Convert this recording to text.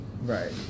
Right